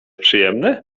przyjemny